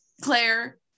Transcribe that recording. Claire